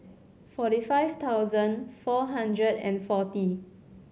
forty five thousand four hundred and forty